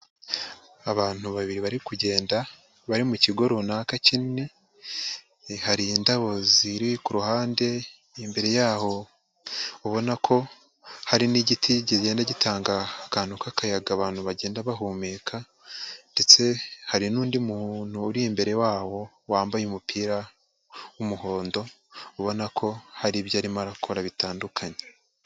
Abantu babiri bari kugenda, bari mu kigo runaka kinini, hari indabo ziri ku ruhande, imbere yaho ubona ko hari n'igiti kigenda gitanga akantu k'akayaga abantu bagenda bahumeka ndetse hari n'undi muntu uri imbere wabo, wambaye umupira w'umuhondo, ubona ko hari ibyo arimo arakora bitandukanye.